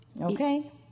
Okay